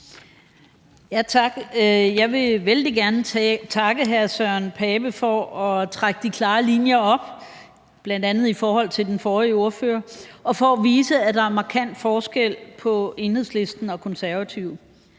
Jeg vil vældig gerne takke hr. Søren Pape Poulsen for at trække de klare linjer op, bl.a. i forhold til den forrige ordfører, og for at vise, at der er markant forskel på Enhedslisten og Konservative.